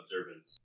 observance